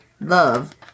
love